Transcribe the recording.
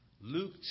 Luke